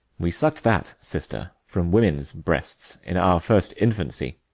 we suck'd that, sister, from women's breasts, in our first infancy.